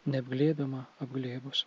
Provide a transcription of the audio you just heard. neapglėbiamą apglėbus